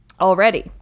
already